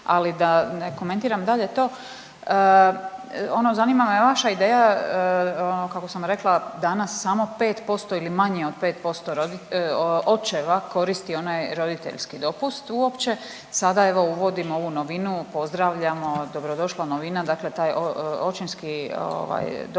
ali da ne komentiram dalje to. Ono zanima me vaša ideja ono kako sam rekla danas samo 5% ili manje od 5% roditelja, očeva koristi onaj roditeljski dopust uopće, sada evo uvodimo ovu novinu, pozdravljamo, dobrodošla novina, dakle taj očinski ovaj